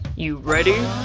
you ready?